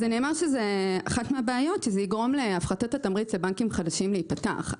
נאמר שאחת הבעיות היא שזה יגרום להפחתת התמריץ לבנקים חדשים להיפתח.